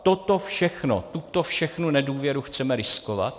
Toto všechno, tuto všechnu nedůvěru chceme riskovat?